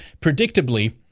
predictably